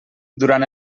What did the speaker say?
durant